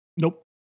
Nope